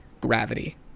gravity